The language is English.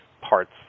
parts